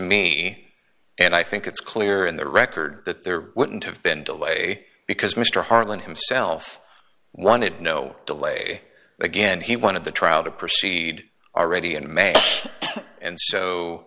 me and i think it's clear in the record that there wouldn't have been delay because mr harland himself wanted no delay again he wanted the trial to proceed already in may and